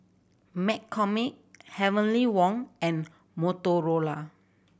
McCormick Heavenly Wang and Motorola